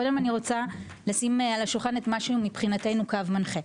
קודם אני רוצה לשים על השולחן את מה שמבחינתנו קו מנחה.